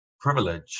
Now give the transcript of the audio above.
privilege